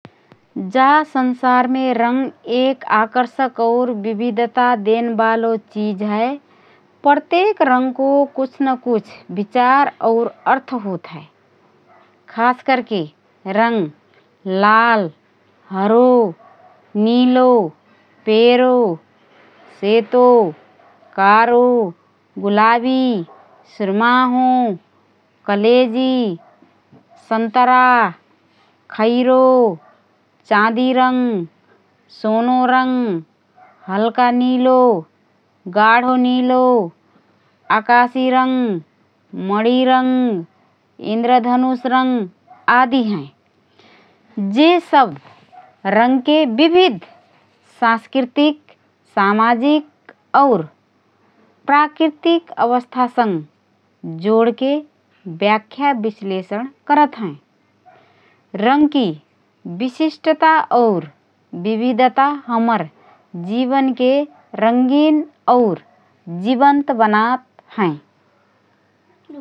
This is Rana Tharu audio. जा संसारमे रङ एक आकर्षक और विविधता देनबालो चिज हए । प्रत्येक रङको कुछ न कुछ विचार और अर्थ होतहए । खास करके रङ लाल, हरो, नीलो, पेरो, सेतो, कारो, गुलाबी, सुरमाहोँ, कलेजी, सन्तरा, खैरो, चाँदी रङ, सोनो रङ, हल्का नीलो, गाढो नीलो, आकाशी रङ, मणि रङ, इन्द्रधनुष रङ आदि हएँ । जे सब रङके विविध सांस्कृतिक, सामाजिक और प्राकृतिक अवस्थासँग जोडके व्याख्या विश्लेषण करत हएँ । रङकी विशिष्टता और विविधता हमर जीवनके रङ्गीन और जीवन्त बनात हए ।